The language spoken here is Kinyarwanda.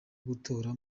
gutora